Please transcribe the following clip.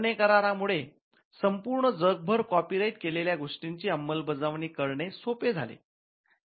Berne करारामुळे संपूर्ण जग भर कॉपीराईट केलेल्या गोष्टीची अंमलबजावणी करणे सोपे झाले